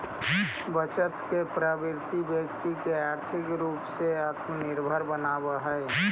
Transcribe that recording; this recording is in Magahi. बचत के प्रवृत्ति व्यक्ति के आर्थिक रूप से आत्मनिर्भर बनावऽ हई